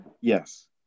yes